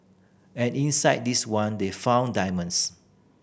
and inside this one they found diamonds